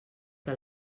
que